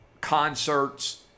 concerts